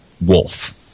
wolf